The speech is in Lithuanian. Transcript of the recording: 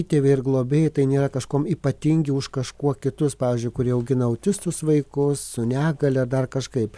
įtėviai ar globėjai tai nėra kažkuom ypatingi už kažkuo kitus pavyzdžiui kurie augina autistus vaikus su negalia dar kažkaip